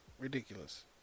Ridiculous